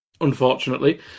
unfortunately